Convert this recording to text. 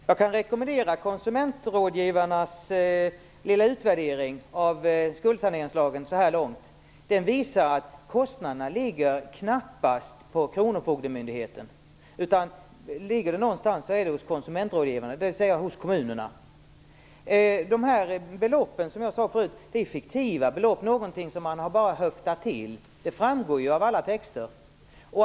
Fru talman! Jag kan rekommendera konsumentrådgivarnas utvärdering av skuldsaneringslagen så här långt. Den visar att kostnaderna knappast får bäras av kronofogdemyndigheterna. Om någon får vidkännas kostnaden är det snarare konsumentrådgivarna, dvs. hos kommunerna. Som jag sade förut talar man om fiktiva belopp. Det är något som man bara har höftat till, och det framgår av alla texter.